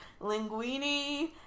Linguini